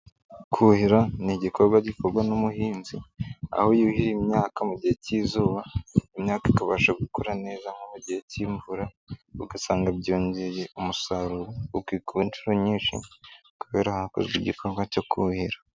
Kuhira ni igikorwa gikorwa n'umuhinzi aho yuhira imyaka mu gihe cy'izuba imyaka ikabasha gukura neza nko mu gihe cy'imvura ugasanga byongeye umusaruro ukikuba inshuro nyinshi kubera hakozwe igikorwa cyo kuhira.